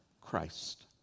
Christ